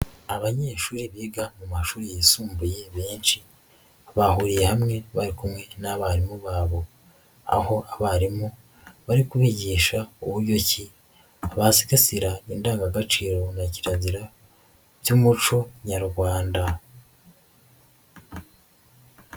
Abanyeshuri biga mu mashuri yisumbuye benshi bahuriye hamwe bari kumwe n'abarimu babo, aho abarimu bari kubigisha buryo ki basigasirara indangagaciro na kirazira by'umuco nyarwanda.